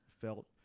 felt